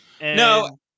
No